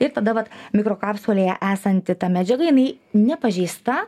ir tada vat mikrokapsulėje esanti ta medžiaga jinai nepažeista